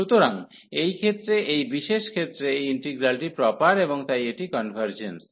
সুতরাং এই ক্ষেত্রে এই বিশেষ ক্ষেত্রে এই ইন্টিগ্রালটি প্রপার এবং তাই এটি কনভার্জেন্স